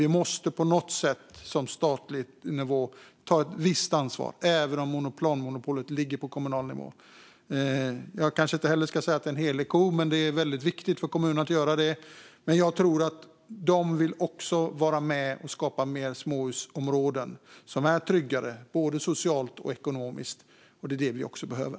Det måste tas ett visst ansvar på statlig nivå, även om planmonopolet ligger på kommunal nivå. Jag kallar det inte heller en helig ko, men det är viktigt för kommunerna. Jag tror dock att de också vill vara med och skapa fler småhusområden som är trygga både socialt och ekonomiskt, vilket Sverige behöver.